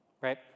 right